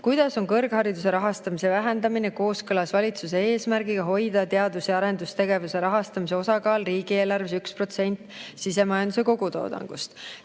Kuidas on kõrghariduse rahastamise vähendamine kooskõlas valitsuse eesmärgiga hoida teadus‑ ja arendustegevuse rahastamise osakaal riigieelarves 1% SKPst?" Teadus‑